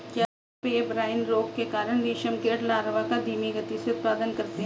क्या पेब्राइन रोग के कारण रेशम कीट लार्वा का धीमी गति से उत्पादन करते हैं?